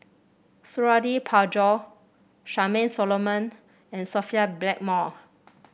Suradi Parjo Charmaine Solomon and Sophia Blackmore